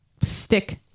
stick